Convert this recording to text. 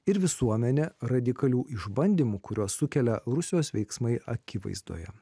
ir visuomenė radikalių išbandymų kuriuos sukelia rusijos veiksmai akivaizdoje